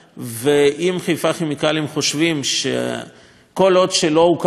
אם חיפה כימיקלים חושבים שכל עוד לא הוקם המפעל אין